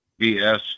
bs